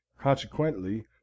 Consequently